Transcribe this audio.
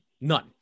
None